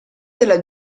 della